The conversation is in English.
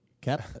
Cap